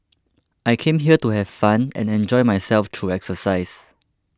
I came here to have fun and enjoy myself through exercise